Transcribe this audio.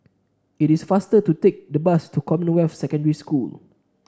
it is faster to take the bus to Commonwealth Secondary School